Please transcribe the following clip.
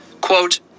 Quote